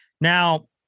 Now